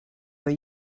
know